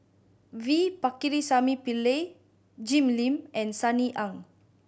V Pakirisamy Pillai Jim Lim and Sunny Ang